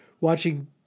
watching